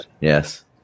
Yes